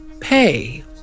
pay